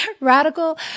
Radical